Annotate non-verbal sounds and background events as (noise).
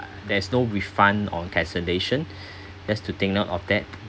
there's no refund or cancellation (breath) just to take note of that